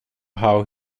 how